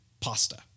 pasta